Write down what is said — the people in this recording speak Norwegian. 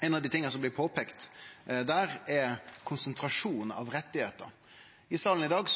Ein av dei tinga dei påpeikte der, er konsentrasjonen av rettar. I salen i dag